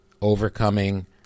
overcoming